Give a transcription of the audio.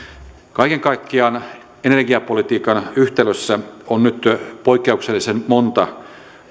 kaiken kaikkiaan energiapolitiikan yhtälössä on nyt poikkeuksellisen monta